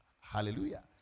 Hallelujah